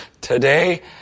today